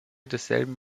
desselben